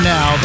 Now